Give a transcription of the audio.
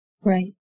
Right